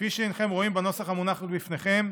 כפי שהינכם רואים בנוסח המונח בפניכם,